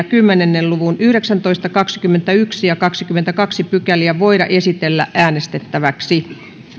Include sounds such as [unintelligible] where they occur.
[unintelligible] kymmenen luvun yhdeksäntoista kaksikymmentäyksi ja kaksikymmentäkaksi pykäliä voida esitellä äänestettäväksi